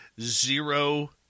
zero